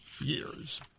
years